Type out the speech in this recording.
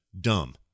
dumb